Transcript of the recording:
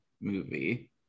movie